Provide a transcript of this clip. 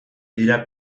dira